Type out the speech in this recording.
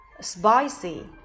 Spicy